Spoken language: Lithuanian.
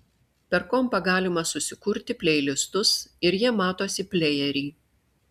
per kompą galima susikurti pleilistus ir jie matosi plejery